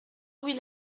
louis